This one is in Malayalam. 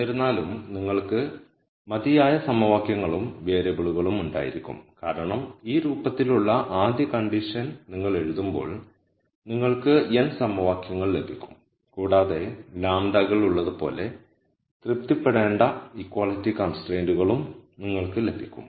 എന്നിരുന്നാലും നിങ്ങൾക്ക് മതിയായ സമവാക്യങ്ങളും വേരിയബിളുകളും ഉണ്ടായിരിക്കും കാരണം ഈ രൂപത്തിലുള്ള ആദ്യ കണ്ടീഷൻ നിങ്ങൾ എഴുതുമ്പോൾ നിങ്ങൾക്ക് n സമവാക്യങ്ങൾ ലഭിക്കും കൂടാതെ ലാംഡകൾ ഉള്ളതുപോലെ തൃപ്തിപ്പെടേണ്ട ഇക്വാളിറ്റി കൺസ്ട്രൈൻഡുകളും നിങ്ങൾക്ക് ലഭിക്കും